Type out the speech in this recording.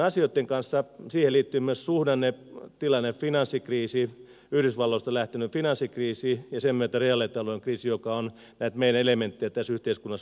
siihen liittyy myös suhdannetilanne ja finanssikriisi yhdysvalloista lähtenyt finanssikriisi ja sen myötä reaalitalouden kriisi joka on näitä meidän elementtejä tässä yhteiskunnassa vahvistanut